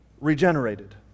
regenerated